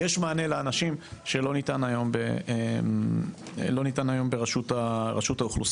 יש מענה לאנשים שלא ניתן היום ברשות האוכלוסין.